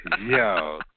yo